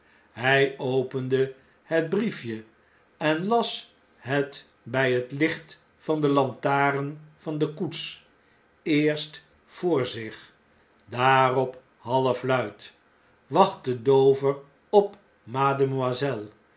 hn opende het briefje en las het bj net lteht van de lantaren van de koets eerst voor zich daarop halfluid wacht te d o